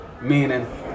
Meaning